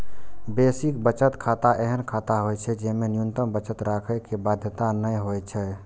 basic बचत खाता एहन खाता होइ छै, जेमे न्यूनतम बचत राखै के बाध्यता नै होइ छै